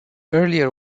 earlier